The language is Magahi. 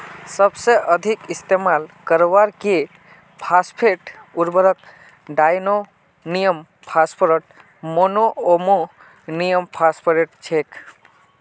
सबसे अधिक इस्तेमाल करवार के फॉस्फेट उर्वरक डायमोनियम फॉस्फेट, मोनोअमोनियमफॉस्फेट छेक